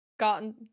gotten